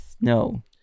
No